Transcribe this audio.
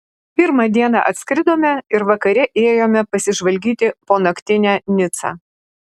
pirmą dieną atskridome ir vakare ėjome pasižvalgyti po naktinę nicą